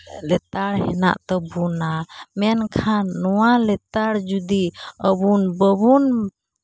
ᱞᱮᱛᱟᱲ ᱦᱮᱱᱟᱜ ᱛᱟᱵᱚᱱᱟ ᱢᱮᱱᱠᱷᱟᱱ ᱱᱚᱣᱟ ᱞᱮᱛᱟᱲ ᱡᱩᱫᱤ ᱟᱵᱚᱱ ᱵᱟᱹᱵᱚᱱ